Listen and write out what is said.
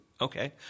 Okay